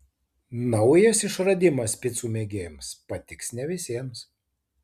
naujas išradimas picų mėgėjams patiks ne visiems